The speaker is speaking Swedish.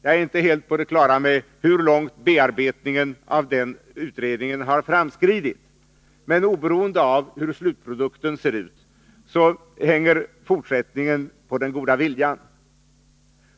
Jag är inte helt på det klara med hur långt bearbetningen av den utredningen har framskridit, men oberoende av hur slutprodukten ser ut hänger fortsättningen på den goda viljan.